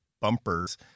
bumpers